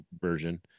version